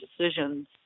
decisions